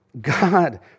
God